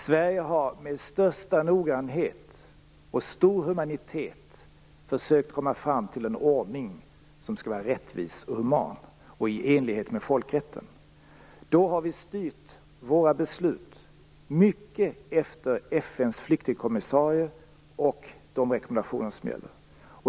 Sverige har med största noggrannhet och stor humanitet försökt att komma fram till en ordning som skall vara rättvis och i enlighet med folkrätten. Då har vi styrt våra beslut mycket efter FN:s flyktingkommissarie och de rekommendationer som gäller.